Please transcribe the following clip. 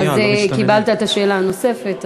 אז קיבלת את השאלה הנוספת,